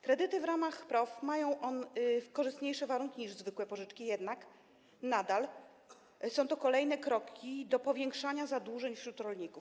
Kredyty w ramach PROW mają korzystniejsze warunki niż zwykłe pożyczki, jednak nadal są to kolejne kroki do zwiększania zadłużenia wśród rolników.